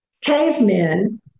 cavemen